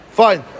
fine